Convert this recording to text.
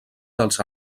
dels